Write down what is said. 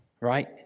right